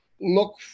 look